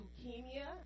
leukemia